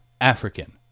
African